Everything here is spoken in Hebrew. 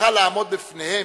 צריכה לעמוד בפניהם,